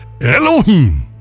Elohim